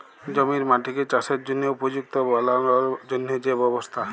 জমির মাটিকে চাসের জনহে উপযুক্ত বানালর জন্হে যে ব্যবস্থা